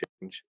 change